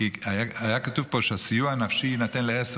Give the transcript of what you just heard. היה כתוב פה שסיוע נפשי יינתן לעשר,